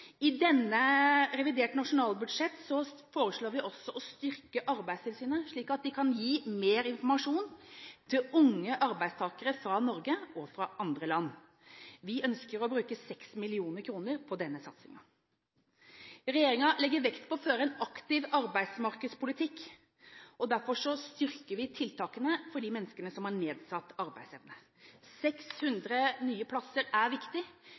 I revidert nasjonalbudsjett foreslår vi også å styrke Arbeidstilsynet slik at de kan gi mer informasjon til unge arbeidstakere fra Norge og fra andre land. Vi ønsker å bruke 6 mill. kr på denne satsingen. Regjeringen legger vekt på å føre en aktiv arbeidsmarkedspolitikk og derfor styrker vi tiltakene for de menneskene som har nedsatt arbeidsevne. 600 nye plasser er viktig